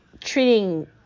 treating